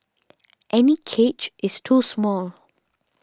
any cage is too small